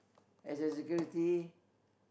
as a security